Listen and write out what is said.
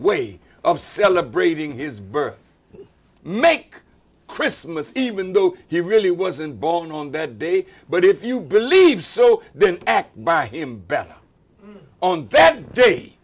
way of celebrating his birth make christmas even though he really wasn't born on that day but if you believe so then act by him better on that day